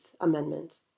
Amendment